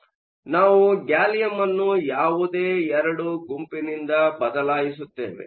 ಆದ್ದರಿಂದ ನಾವು ಗ್ಯಾಲಿಯಂ ಅನ್ನು ಯಾವುದೇ ಎರಡು ಗುಂಪಿನಿಂದ ಬದಲಾಯಿಸುತ್ತೇವೆ